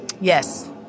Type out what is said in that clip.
Yes